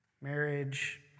Marriage